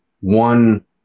one